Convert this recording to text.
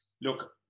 look